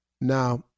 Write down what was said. Now